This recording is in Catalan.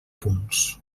punts